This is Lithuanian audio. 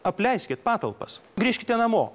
apleiskit patalpas grįžkite namo